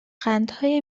قندهای